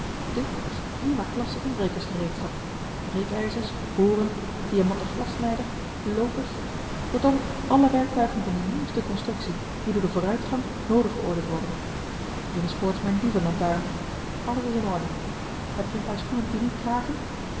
dit is prima klasse inbrekersgereedschap breekijzers boren diamanten glassnijder loopers kortom alle werktuigen van de nieuwste constructie die door den vooruitgang noodig geoordeeld worden hier is voorts mijn dievenlantaarn alles is in orde heb je een paar schoenen die niet kraken